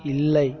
இல்லை